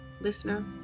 listener